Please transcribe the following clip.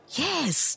yes